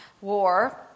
War